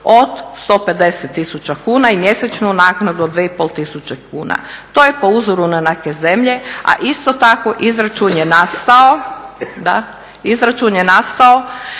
od 150 tisuća kuna i mjesečnu naknadu od 2500 kuna. To je po uzoru na neke zemlje, a isto tako izračun je nastao na osnovu broja